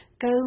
Go